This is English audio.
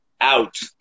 out